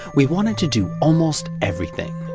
we want it to do almost everything,